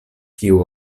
kiu